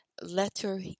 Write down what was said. letter